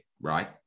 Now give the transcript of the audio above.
right